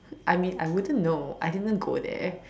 I mean I wouldn't know I didn't go there